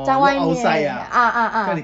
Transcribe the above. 在外面 ah ah ah